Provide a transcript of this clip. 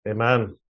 Amen